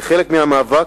כחלק מהמאבק,